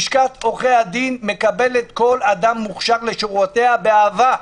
לשכת עורכי הדין מקבלת כל אדם מוכשר לשורותיה באהבה.